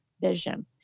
vision